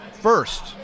first